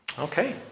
Okay